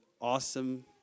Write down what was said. awesome